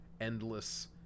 endless